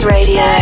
Radio